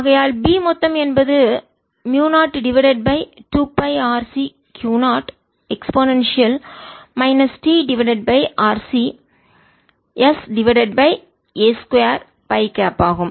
ஆகையால் B மொத்தம் என்பது மியூ0 divided by 2 by R C Q0 e t RC s divided by a 2 by கேப் ஆகும்